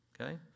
okay